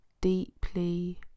deeply